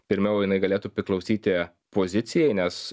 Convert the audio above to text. pirmiau jinai galėtų priklausyti pozicijai nes